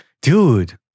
dude